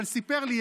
אבל סיפר לי,